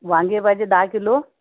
वांगे पाहिजे दहा किलो